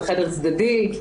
בחדר צדדי,